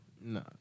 No